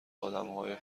آدمهای